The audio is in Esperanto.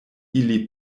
ili